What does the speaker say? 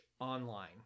online